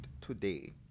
today